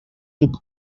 took